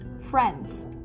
Friends